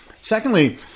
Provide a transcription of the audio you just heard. Secondly